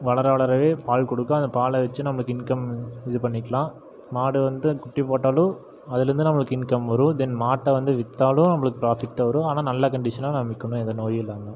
வளர வளரவே பால் கொடுக்கும் அந்த பாலை வச்சு நம்மளுக்கு இன்கம் இது பண்ணிக்குலாம் மாடு வந்து குட்டி போட்டாலும் அதுலேந்து நம்மளுக்கு இன்க்கம் வரும் தென் மாட்டை வந்து விற்றாலும் நம்மளுக்கு ப்ராஃபிட் வரும் ஆனால் நல்ல கண்டிஷன்னாக விற்கணும் எந்த நோயும் இல்லாமல்